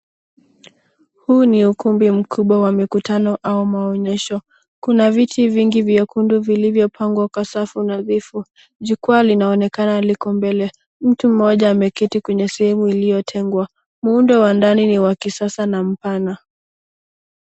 Huu ni ukumbi mkubwa wa mikutano au maonyesho. Kuna viti vingi vyekundu vilivyopangwa kwa safu nadhifu. Jukwaa linaonekana liko mbele. Mtu mmoja ameketi kwenye sehemu iliyotengwa. Muundo wa ndani ni wa kisasa na mpana.